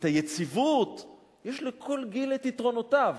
יציבות, יש לכל גיל יתרונותיו.